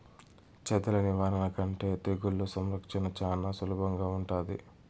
చెదల నివారణ కంటే తెగుళ్ల సంరక్షణ చానా సులభంగా ఉంటాది